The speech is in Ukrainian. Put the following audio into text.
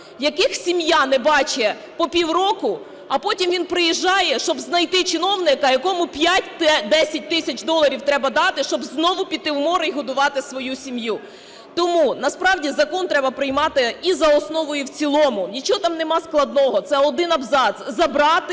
яких сім'я не бачить по півроку, а потім він приїжджає, щоб знайти чиновника, якому 5-10 тисяч доларів треба дати, щоб знову піти у море і годувати свою сім'ю. Тому насправді закон треба приймати і за основу, і в цілому. Нічого там нема складного, це один абзац: забрати